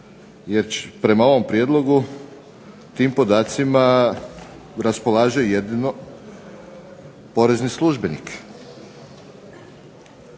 je prema ovom prijedlogu tim podacima raspolaže jedino porezni službenik.